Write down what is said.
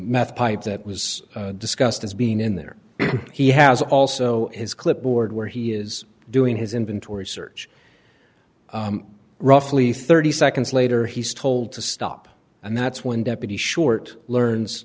eth pipe that was discussed as being in there he has also his clipboard where he is doing his inventory search roughly thirty seconds later he's told to stop and that's when deputy short learns